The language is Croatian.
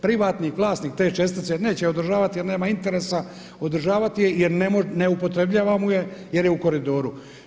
Privatnik vlasnik te čestice neće je održavati jer nema interesa održavati je, jer ne upotrebljavamo je jer je u koridoru.